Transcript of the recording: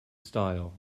style